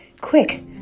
Quick